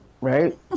right